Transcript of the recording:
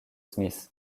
smith